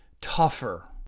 tougher